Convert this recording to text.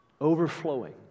Overflowing